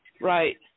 Right